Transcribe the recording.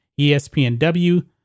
ESPNW